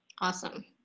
Awesome